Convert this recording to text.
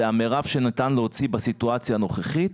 זה המירב שניתן להוציא בסיטואציה הנוכחית,